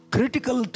Critical